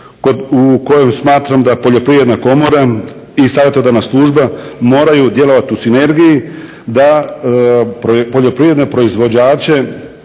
u kojoj smatram da Poljoprivredna komora i savjetodavna služba moraju djelovati u sinergiji da poljoprivredne proizvođače